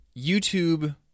YouTube